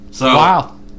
Wow